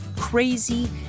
crazy